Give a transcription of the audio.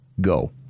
go